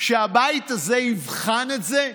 שהבית הזה יבחן את זה?